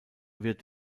wird